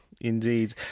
Indeed